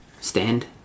stand